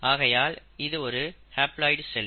ஆகையால் இது ஒரு ஹேப்லாய்டு செல்